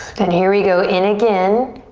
then here we go in again.